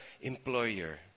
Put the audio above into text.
employer